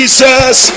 Jesus